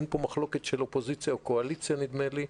אין פה מחלוקת של אופוזיציה או קואליציה, נדמה לי,